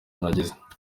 nagize